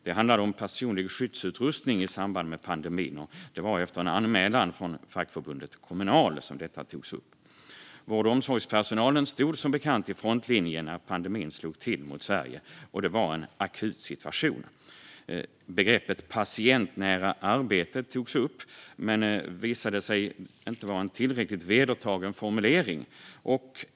Det handlade om personlig skyddsutrustning i samband med pandemin. Det var efter en anmälan från fackförbundet Kommunal som detta togs upp. Vård och omsorgspersonal stod, som bekant, i frontlinjen när pandemin slog till mot Sverige. Det var en akut situation. Begreppet patientnära arbete togs upp, men det visade sig inte vara en tillräckligt vedertagen formulering.